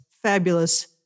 Fabulous